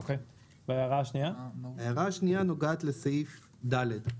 ההערה השנייה נוגעת לסעיף (ד).